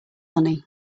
money